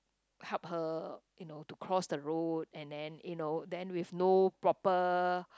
help her you know to cross the road and then you know then with no proper